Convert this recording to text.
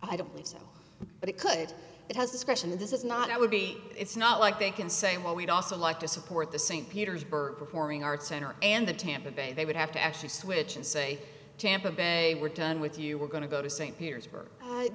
i don't think so but it could it has discretion and this is not i would be it's not like they can say well we'd also like to support the st petersburg performing arts center and the tampa bay they would have to actually switch and say tampa bay we're done with you were going to go to st petersburg